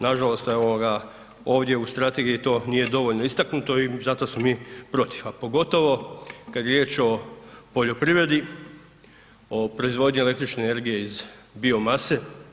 Nažalost to je ovoga, ovdje u strategiji to nije dovoljno istaknuto i zato smo mi protiv, a pogotovo kad je riječ o poljoprivredi, o proizvodnji električne energije iz biomase.